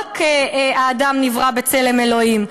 האדם לא רק נברא בצלם אלוהים,